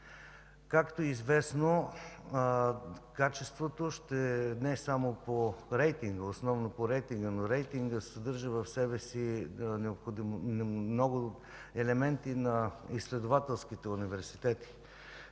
Както е известно, качеството e не само по рейтинг, но рейтингът съдържа в себе си много елементи на изследователските университети.